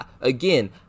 again